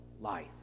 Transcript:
life